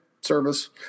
service